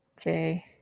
okay